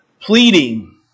pleading